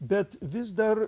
bet vis dar